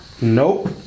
Nope